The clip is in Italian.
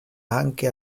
anche